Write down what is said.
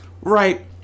right